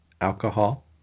alcohol